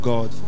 God